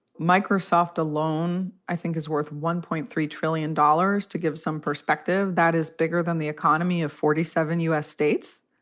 microsoft alone, i think is worth one point three trillion dollars to give some perspective. that is bigger than the economy of forty seven u s. states.